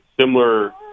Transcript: similar